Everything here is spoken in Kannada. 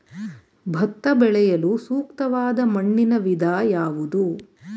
ಭತ್ತ ಬೆಳೆಯಲು ಸೂಕ್ತವಾದ ಮಣ್ಣಿನ ವಿಧ ಯಾವುದು?